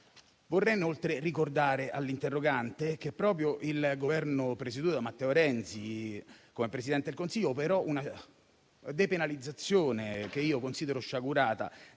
Vorrei inoltre ricordare all'interrogante che proprio il Governo presieduto da Matteo Renzi operò una depenalizzazione, che io considero sciagurata,